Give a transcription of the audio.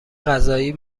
قضایی